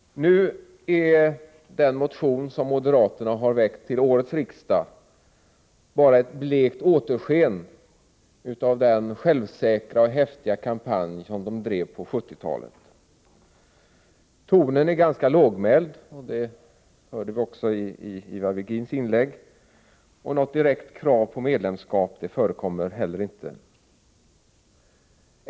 Den motion som moderaterna har väckt till årets riksdag är bara ett blekt återsken av den självsäkra och häftiga kampanj som de bedrev på 1970-talet. Tonen är ganska lågmäld, och det märkte vi också under Ivar Virgins inlägg. Inte heller finns det något direkt krav på medlemskap.